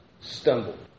stumbled